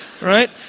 right